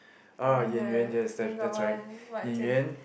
and then the then got one what Jian